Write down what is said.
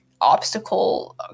obstacle